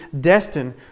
destined